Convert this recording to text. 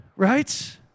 Right